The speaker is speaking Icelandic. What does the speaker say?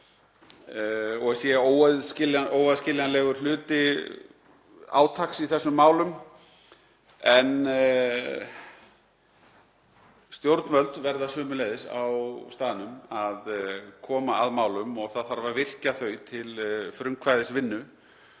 að sé óaðskiljanlegur hluti átaks í þessum málum. En stjórnvöld á staðnum verða sömuleiðis að koma að málum og það þarf að virkja þau til frumkvæðisvinnu